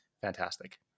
fantastic